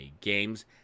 games